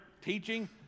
teaching